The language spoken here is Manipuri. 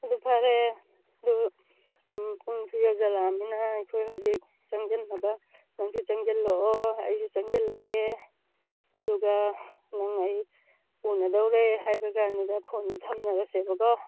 ꯑꯗꯨ ꯐꯔꯦ ꯑꯗꯨ ꯎꯝ ꯄꯨꯡꯁꯨ ꯌꯧꯁꯤꯜꯂꯛꯑꯕꯅꯤꯅ ꯑꯩꯈꯣꯏ ꯍꯧꯖꯤꯛ ꯆꯪꯁꯤꯟꯅꯕ ꯅꯪꯁꯨ ꯆꯪꯁꯤꯜꯂꯛꯑꯣ ꯑꯩꯁꯨ ꯆꯪꯁꯤꯜꯂꯒꯦ ꯑꯗꯨꯒ ꯅꯪ ꯑꯩ ꯎꯅꯗꯧ ꯂꯩꯔꯦ ꯍꯥꯏꯕ ꯀꯥꯟꯗꯨꯗ ꯐꯣꯟꯁꯦ ꯊꯝꯅꯔꯁꯦꯕꯀꯣ